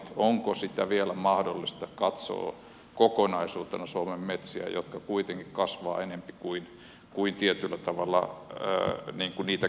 onko vielä mahdollista katsoa kokonaisuutena suomen metsiä jotka kuitenkin kasvavat tietyllä tavalla enempi kuin niitä käytetään